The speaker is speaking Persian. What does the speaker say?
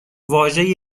واژه